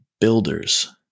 builders